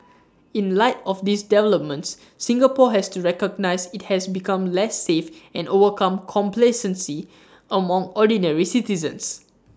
in light of these developments Singapore has to recognise IT has become less safe and overcome complacency among ordinary citizens